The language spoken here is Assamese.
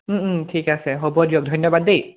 ঠিক আছে হ'ব দিয়ক ধন্যবাদ দেই